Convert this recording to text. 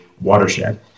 watershed